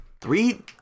three